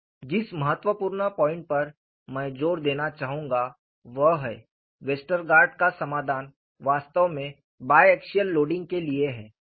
जिस महत्वपूर्ण बिंदु पर मैं जोर देना चाहूंगा वह है वेस्टरगार्ड का समाधान वास्तव में बाय एक्सियल लोडिंग के लिए है